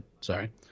sorry